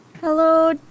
Hello